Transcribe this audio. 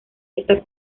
esta